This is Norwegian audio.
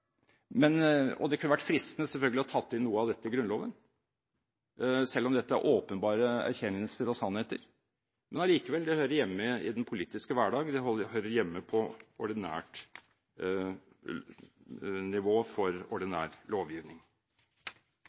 Men allikevel, det hører hjemme i den politiske hverdag, og det hører hjemme på ordinært nivå for ordinær lovgivning.